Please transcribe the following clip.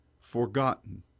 forgotten